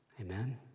Amen